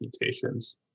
mutations